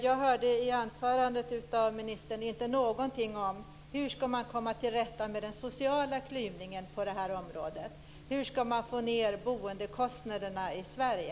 Jag hörde i anförandet av ministern inte någonting om hur man ska komma till rätta med den sociala klyvningen på det här området. Hur ska man få ned boendekostnaderna i Sverige?